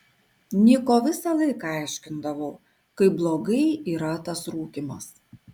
niko visą laiką aiškindavau kaip blogai yra tas rūkymas